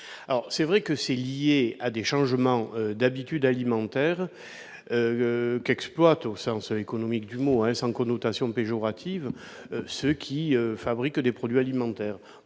sont certes liées à des changements d'habitude alimentaire, exploités, au sens économique du mot, sans connotation péjorative, par ceux qui fabriquent des produits alimentaires.